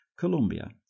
Colombia